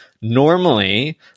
Normally